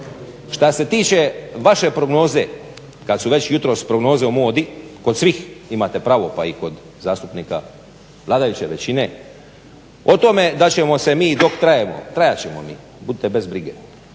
Šta se tiče vaše prognoze kad su već jutros prognoze u modi kod svih imate pravo, pa i kod zastupnika vladajuće većine o tome da ćemo se mi dok trajemo, trajat ćemo mi, budite bez brige